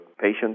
patient